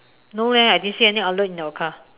no leh I didn't see any outlet in your car